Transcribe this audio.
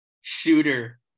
Shooter